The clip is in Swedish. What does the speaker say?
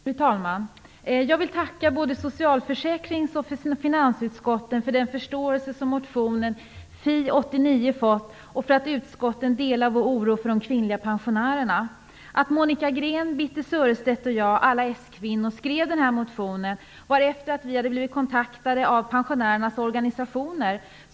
Fru talman! Jag vill tacka både socialförsäkringsutskottet och finansutskottet för den förståelse som visats motion Fi89 och för att utskotten delar vår oro för de kvinnliga pensionärerna. S-Kvinnor, skrev den här motionen beror på att vi hade blivit kontaktade av pensionärernas organisationer.